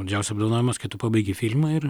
didžiausias apdovanojimas kai tu pabaigi filmą ir